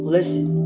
Listen